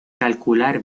calcular